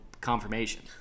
confirmation